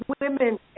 women